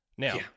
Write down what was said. Now